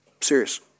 serious